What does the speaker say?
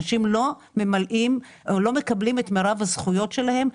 אנשים לא מקבלים את מרב הזכויות שלהם.